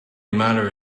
matter